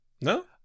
No